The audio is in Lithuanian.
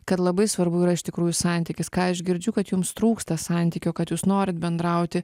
kad labai svarbu yra iš tikrųjų santykis ką aš girdžiu kad jums trūksta santykio kad jūs norit bendrauti